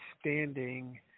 standing